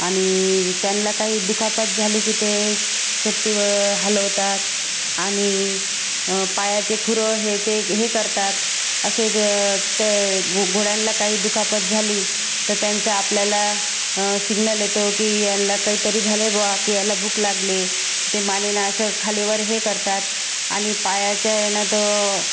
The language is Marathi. आणि त्यांना काही दुखापत झाले की ते शेपटी हलवतात आणि पायाची खुरं हे ते हे करतात असे द ते घो घोड्यांना काही दुखापत झाली तर त्यांचा आपल्याला सिग्नल येतो की ह्याला काहीतरी झालं आहे बुवा की याला भूक लागली ते मानेना असं खालीवर हे करतात आणि पायाच्या ह्यानं तो